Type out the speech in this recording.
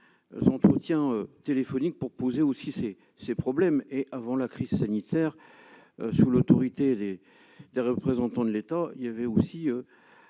entretien téléphonique pour poser aussi c'est ces problèmes et avant la crise sanitaire, sous l'autorité des représentants de l'État, il y avait aussi